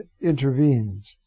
intervenes